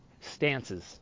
stances